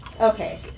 Okay